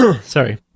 sorry